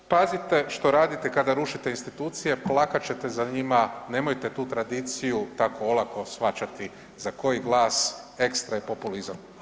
Pazite što radite kada rušite institucije, plakat ćete za njima, nemojte tu tradiciju tako olako shvaćati za koji glas ekstra i populizam.